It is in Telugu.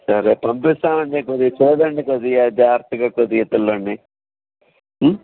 సరే పంపిస్తామండి కొద్దిగా చూడండి కొద్దిగా జాగ్రత్తగా కొద్దిగా పిల్లవాడిని